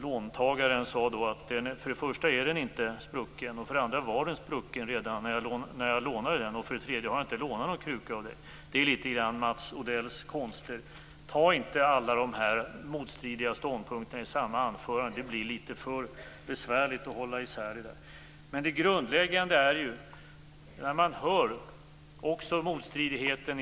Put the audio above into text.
Låntagaren sade då att krukan för det första inte var sprucken, att den för det andra var sprucken redan när han lånade den och att han för det tredje inte hade lånat någon kruka. Det påminner litet grand om Mats Odells konster. Ta inte alla dessa motstridiga punkter i samma anförande. Det blir litet för besvärligt att hålla isär. Det grundläggande är motstridigheterna.